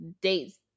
dates